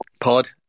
pod